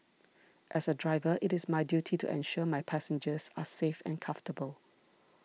as a driver it is my duty to ensure my passengers are safe and comfortable